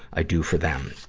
i do for them.